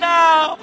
now